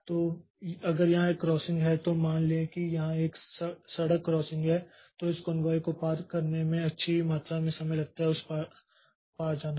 तो अगर यहाँ एक क्रॉसिंग है तो मान लें कि यहाँ एक सड़क क्रॉसिंग है तो इस कॉन्वाय को पार करने में अच्छी मात्रा में समय लगता है उस पार जाना